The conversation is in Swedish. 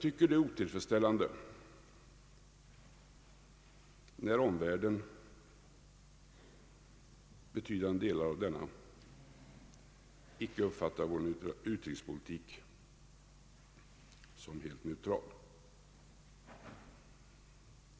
Det är otillfredsställande när betydande delar av omvärlden inte uppfattar vår neutralitetspolitik som helt neutral.